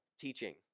teaching